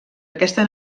aquesta